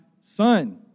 son